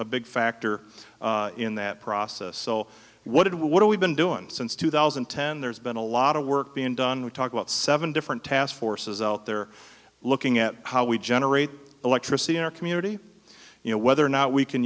a big factor in that process so what did what we've been doing since two thousand and ten there's been a lot of work being done we talk about seven different task forces out there looking at how we generate electricity in our community you know whether or not we can